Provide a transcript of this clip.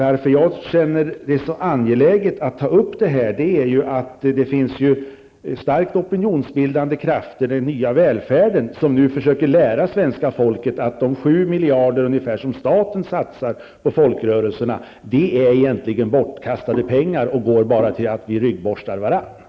Att jag känner det så angeläget att ta upp detta beror på att det finns starkt opinionsbildande krafter -- ''den nya välfärden'' -- som nu försöker lära svenska folket att de cirka sju miljarder som staten satsar på folkrörelserna egentligen är bortkastade pengar som bara går till att vi ryggborstar varandra.